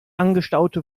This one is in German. angestaute